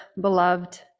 beloved